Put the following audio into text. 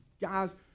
guys